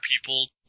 people